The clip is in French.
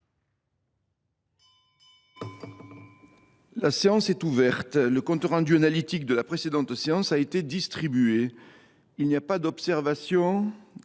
La séance est ouverte. Le compte rendu analytique de la précédente séance a été distribué. Il n’y a pas d’observation